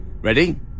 Ready